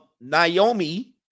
Naomi